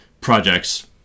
projects